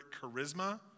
charisma